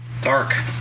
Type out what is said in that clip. Dark